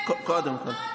לא.